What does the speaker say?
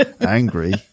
angry